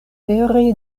pere